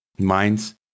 minds